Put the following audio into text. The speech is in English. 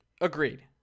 Agreed